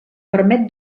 permet